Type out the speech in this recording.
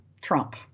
Trump